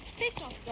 piss off,